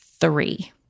three